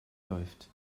läuft